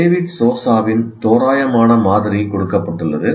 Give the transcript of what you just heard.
David சோசாவின் தோராயமான மாதிரி கொடுக்கப்பட்டுள்ளது